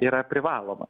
yra privaloma